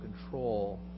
control